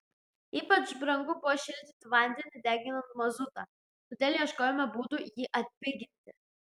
ypač brangu buvo šildyti vandenį deginant mazutą todėl ieškojome būdų jį atpiginti